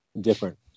different